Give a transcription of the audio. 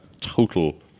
total